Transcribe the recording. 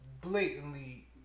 blatantly